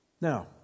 Now